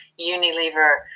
Unilever